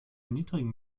niedrigen